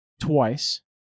twice